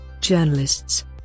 journalists